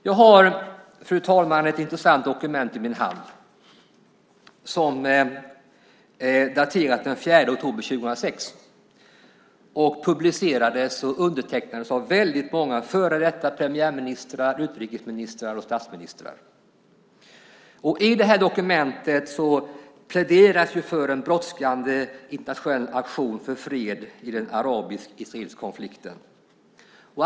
Jag har, fru talman, ett intressant dokument i min hand som är daterat den 4 oktober 2006. Det publicerades och undertecknades av väldigt många före detta premiärministrar, utrikesministrar och statsministrar. I det här dokumentet pläderas det för en brådskande internationell aktion för fred i den arabisk-israeliska konflikten.